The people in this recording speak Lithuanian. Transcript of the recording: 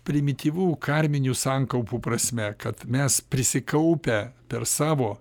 primityvu karminių sankaupų prasme kad mes prisikaupę per savo